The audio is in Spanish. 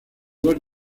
dos